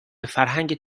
فرهنگت